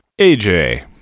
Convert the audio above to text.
AJ